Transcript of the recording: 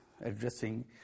addressing